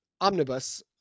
omnibus